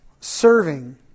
serving